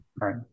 right